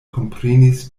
komprenis